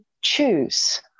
choose